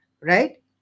right